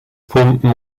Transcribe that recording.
pumpen